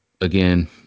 again